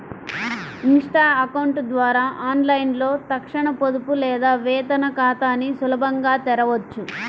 Insta account ద్వారా ఆన్లైన్లో తక్షణ పొదుపు లేదా వేతన ఖాతాని సులభంగా తెరవొచ్చు